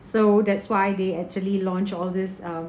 so that's why they actually launch all this uh